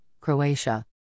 Croatia